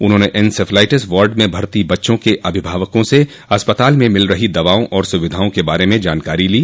उन्होंने encephalitis ward में भर्ती बच्चों के अभिभावकों से अस्पताल में मिल रहो दवाओं और सुविधाओं के बारे में जानकारी ली